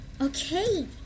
Okay